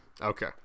Okay